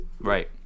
Right